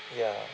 ya